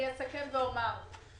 ראש הממשלה הבטיח את זה מזמן,